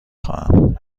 خواهم